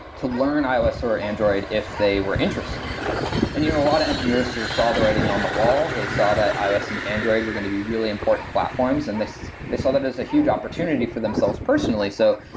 to learn ios or android if they were interested in that and you know a lot of engineers sort of saw the writing on the wall. they saw that ios and android were going to be really important platforms and they saw as a huge opportunity for themselves personally. so,